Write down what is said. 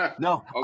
no